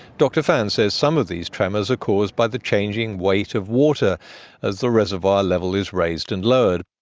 dr fan says some of these tremors are caused by the changing weight of water as the reservoir level is raised and lowered.